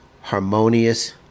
harmonious